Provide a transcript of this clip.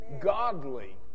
godly